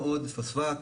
פוספט.